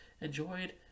enjoyed